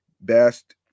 best